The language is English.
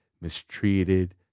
mistreated